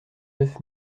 neuf